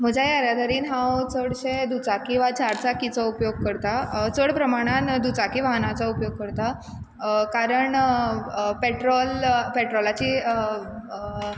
म्हज्या येरादारीन हांव चडशें दुचाकी वा चारचाकीचो उपेग करता चड प्रमाणान दुचाकी वाहनाचो उपयोग करता कारण पेट्रोल पेट्रोलाची